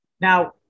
Now